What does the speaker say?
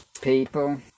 people